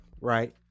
right